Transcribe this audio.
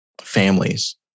families